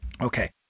Okay